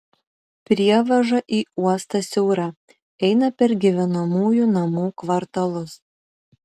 prievaža į uostą siaura eina per gyvenamųjų namų kvartalus